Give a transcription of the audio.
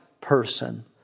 person